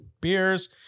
beers